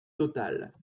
totale